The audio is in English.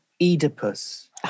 Oedipus